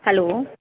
hello